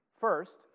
First